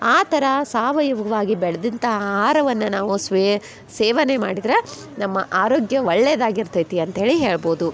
ಆ ಥರ ಸಾವಯವವಾಗಿ ಬೆಳ್ದಂಥ ಆಹಾರವನ್ನ ನಾವು ಸ್ವೇ ಸೇವನೆ ಮಾಡಿದ್ರೆ ನಮ್ಮ ಆರೋಗ್ಯ ಒಳ್ಳೆಯದಾಗಿ ಇರ್ತೈತಿ ಅಂತ್ಹೇಳಿ ಹೇಳ್ಬೋದು